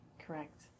Correct